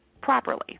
properly